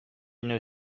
une